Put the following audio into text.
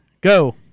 go